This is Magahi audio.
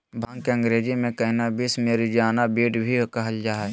भांग के अंग्रेज़ी में कैनाबीस, मैरिजुआना, वीड भी कहल जा हइ